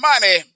money